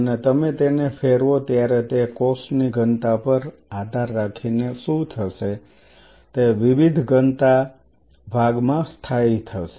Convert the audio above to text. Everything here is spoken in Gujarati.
અને તમે તેને ફેરવો ત્યારે તે કોષની ઘનતા પર આધાર રાખીને શું થશે તે વિવિધ ઘનતા ભાગ માં સ્થાયી થશે